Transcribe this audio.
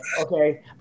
Okay